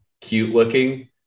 cute-looking